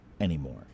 anymore